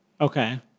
Okay